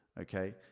Okay